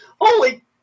Holy